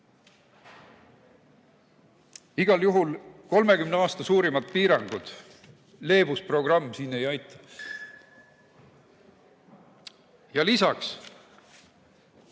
Igal juhul 30 aasta suurimad piirangud. Leebusprogramm siin ei aita. Ja lisaks,